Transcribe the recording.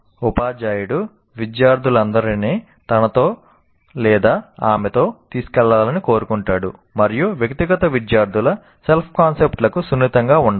ఉపాధ్యాయుడు విద్యార్థులందరినీ తనతో లేదా ఆమెతో తీసుకెళ్లాలని కోరుకుంటాడు మరియు వ్యక్తిగత విద్యార్థుల సెల్ఫ్ కాన్సెప్ట్ లకు సున్నితంగా ఉండాలి